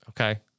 Okay